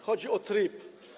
Chodzi o tryb.